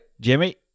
Jimmy